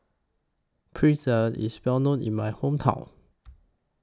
Pretzel IS Well known in My Hometown